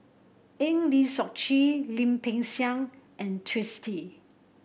Eng Lee Seok Chee Lim Peng Siang and Twisstii